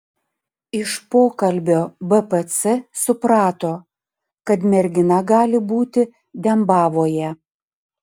iš pokalbio bpc suprato kad mergina gali būti dembavoje